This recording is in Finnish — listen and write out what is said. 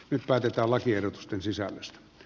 nyt päätetään lakiehdotusten sisällöstä